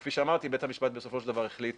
וכפי שאמרתי, בית המשפט בסופו של דבר החליט